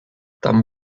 tam